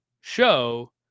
show